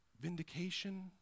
vindication